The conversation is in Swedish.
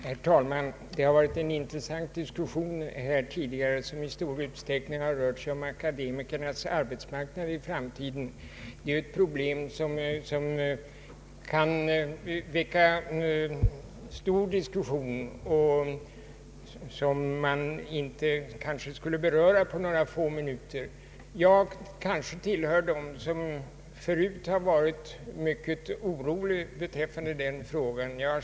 Herr talman! Det har varit en iniressant diskussion som i stor utsträckning har rört sig om akademikernas arbetsmarknad i framtiden. Det är ett problem som kan väcka mycken debatt och som det kanske inte räcker att beröra på några få minuter, Jag tillhör dem som tidigare har oroat mig mycket över den frågan.